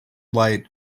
light